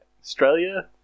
Australia